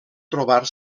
trobar